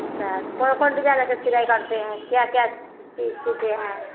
अच्छा कौन कौन डिजाइनों के सिलाई करते हैं क्या क्या चीज सीते हैं